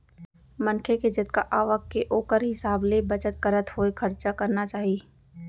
मनखे के जतना आवक के ओखर हिसाब ले बचत करत होय खरचा करना चाही